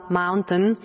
mountain